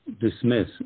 dismiss